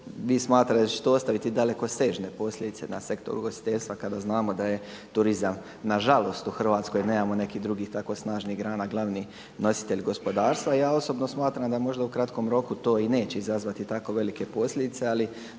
vi smatrate da će to ostaviti dalekosežne posljedice na sektor ugostiteljstva kada znamo da je turizam nažalost u Hrvatskoj, nemamo nekih drugih tako snažnih grana glavnih nositelji gospodarstva, a ja osobno smatram da možda u kratkom roku to i neće izazvati tako velike posljedice, ali